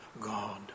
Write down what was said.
God